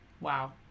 Wow